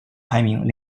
排名